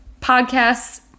Podcasts